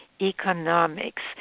economics